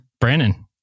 Brandon